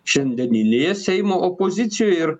šiandieninėje seimo opozicijoje ir